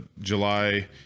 July